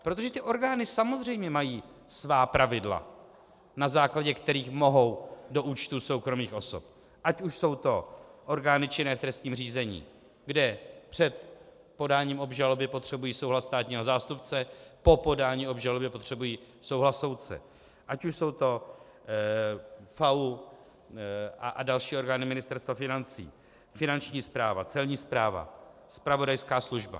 Protože ty orgány samozřejmě mají svá pravidla, na základě kterých mohou do účtů soukromých osob, ať už jsou to orgány činné v trestním řízení, kde před podáním obžaloby potřebují souhlas státního zástupce, po podání obžaloby potřebují souhlas soudce, ať už jsou to FAÚ a další orgány Ministerstva financí, Finanční správa, Celní správa, zpravodajská služba.